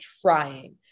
trying